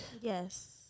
Yes